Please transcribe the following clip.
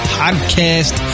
podcast